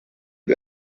and